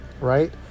right